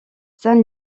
saint